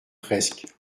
presque